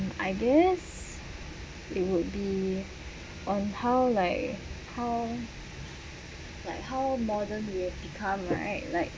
I guess it would be on how like how like how modern we have become right like